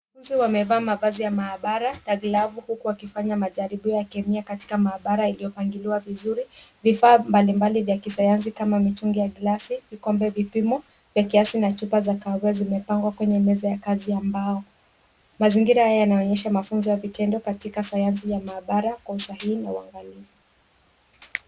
Wanafunzi wamevaa mavazi ya maabara na glavu huku wakifanya majaribio ya kemia katika maabara iliyopangiliwa vizuri. Vifaa mbalimbali vya kisayansi kama mitungi ya glasi, vipande vipimo, pekeasi na chupa za kahawa zimepangwa kwenye meza ya kazi ya mbao. Mazingira haya yanaonyesha mafunzo ya vitendo katika sayansi ya maabara kwa usahihi.